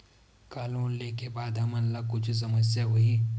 का लोन ले के बाद हमन ला कुछु समस्या होही?